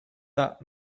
that